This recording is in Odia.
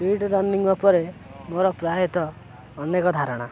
ସ୍ପିଡ଼୍ ରନିଂ ଉପରେ ମୋର ପ୍ରାୟତଃ ଅନେକ ଧାରଣା